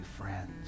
friends